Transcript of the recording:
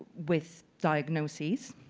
with diagnoses